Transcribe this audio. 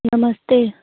नमस्ते